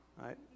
right